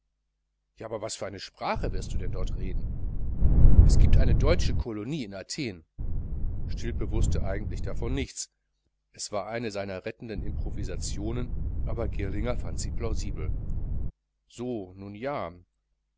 ja was für eine sprache wirst du denn dort reden es giebt eine deutsche kolonie in athen stilpe wußte davon eigentlich nichts es war eine seiner rettenden improvisationen aber girlinger fand sie plausibel so nun ja